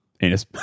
anus